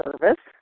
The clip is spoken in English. service